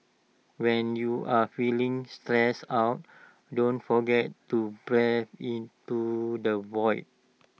when you are feeling stressed out don't forget to breathe into the void